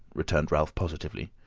returned ralph, positively.